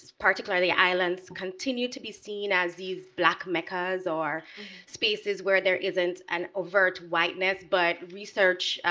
particularly islands, continue to be seen as these black meccas or spaces where there isn't an overt whiteness. but research,